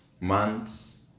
months